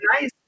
nice